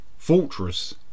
Fortress